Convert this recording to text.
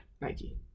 Nike